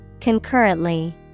Concurrently